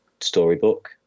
storybook